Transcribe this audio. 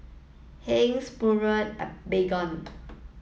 Heinz Pureen and Baygon